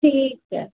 ठीकु आहे